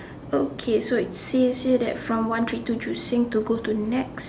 okay so it says here that from one three two Joo Seng to go to Nex